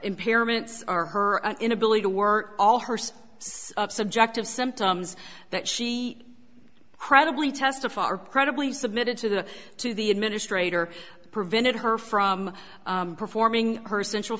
impairments are her inability to work all hearst subjective symptoms that she credibly testify our credibility submitted to the to the administrator prevented her from performing her central